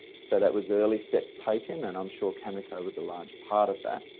so that was early steps taken, and i'm sure cameco was a large part of that.